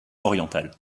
orientales